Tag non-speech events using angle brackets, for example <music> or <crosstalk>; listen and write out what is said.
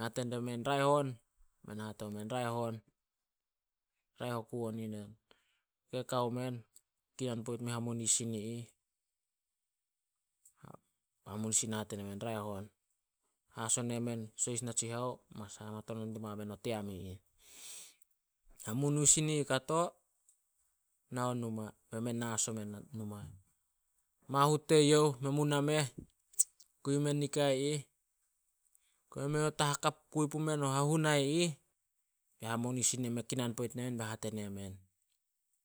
Hate die men, "Raeh on." Be men hate omen, "Raeh on. Raeh oku on yu nen." Kao men kinan poit men hamunisin i ih. Hamusin hate men, "Raeh on." Haso nemen sohis natsinao must hamatonan me diba men o team i ih. Hamunisin i ih kato, na o numa, be men na as o men numa. Mahut teyouh, men mu nameh. Kui men nikai ih, <unintelligible> mei not a hakap, kui pumen o hahuna ih, be hamunisin me kinan poit nemen, be hate nemen,